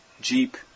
Jeep